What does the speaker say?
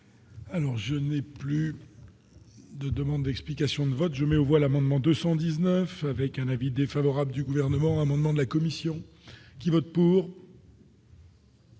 Alors je n'ai plus de demandes d'explications de vote, je mets au voile amendement 219 avec un avis défavorable du gouvernement amendement de la commission qui vote pour.